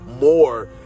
more